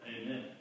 Amen